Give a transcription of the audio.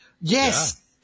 Yes